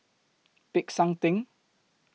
Peck San Theng